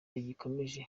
rigikomeje